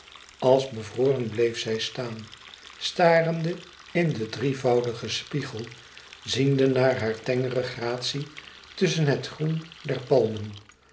als bevroren bleef zij staan starende in den drievoudigen spiegel ziende naar haar tengere gratie tusschen het groen der palmen